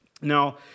Now